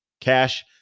cash